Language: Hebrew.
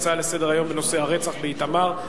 ההצעות לסדר-היום בנושא: הרצח באיתמר,